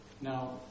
Now